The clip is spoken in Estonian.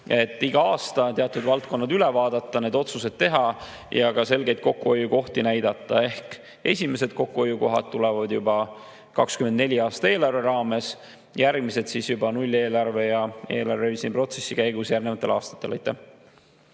iga aasta tuleb teatud valdkonnad üle vaadata, otsused teha ja ka selgeid kokkuhoiukohti näidata. Esimesed kokkuhoiukohad tulevad 2024. aasta eelarve raames, järgmised juba nulleelarve ja eelarve revisjoni protsessi käigus järgnevatel aastatel.